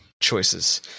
choices